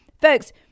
Folks